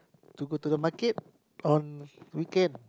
to go to the market on weekend